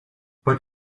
but